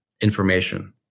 information